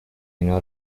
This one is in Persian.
اینها